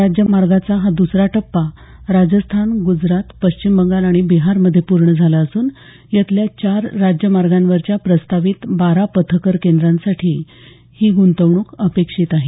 राज्यमार्गाचा हा द्सरा टप्पा राजस्थान ग्जरात पश्चिम बंगाल आणि बिहारमध्ये पूर्ण झाला असून यातल्या चार राज्यमार्गांवरच्या प्रस्तावित बारा पथकर केंद्रांसाठी ही गुंतवणूक अपेक्षित आहे